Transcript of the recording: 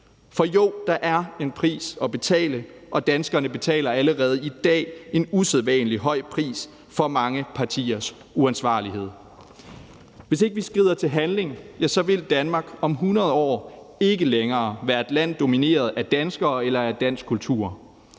For jo, der er en pris at betale, og danskerne betaler allerede i dag en usædvanlig høj pris for mange partiers uansvarlighed. Hvis ikke vi skrider til handling, vil Danmark om 100 år ikke længere være et land domineret af danskere eller af dansk kultur.